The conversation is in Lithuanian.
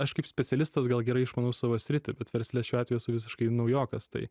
aš kaip specialistas gal gerai išmanau savo sritį bet versle šiuo atveju esu visiškai naujokas tai